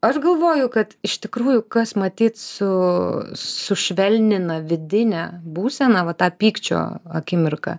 aš galvoju kad iš tikrųjų kas matyt su sušvelnina vidinę būseną va tą pykčio akimirką